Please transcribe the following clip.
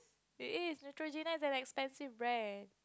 it is Neutrogena is expensive brand